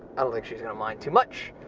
i don't think she's gonna mind too much.